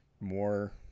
more